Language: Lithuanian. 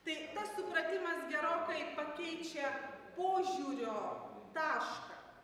tai tas supratimas gerokai pakeičia požiūrio tašką